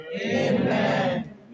Amen